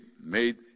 made